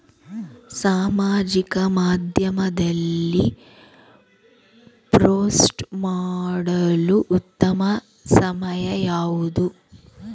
ಸಾಮಾಜಿಕ ಮಾಧ್ಯಮದಲ್ಲಿ ಪೋಸ್ಟ್ ಮಾಡಲು ಉತ್ತಮ ಸಮಯ ಯಾವುದು?